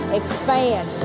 expand